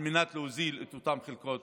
על מנת להוזיל את אותן חלקות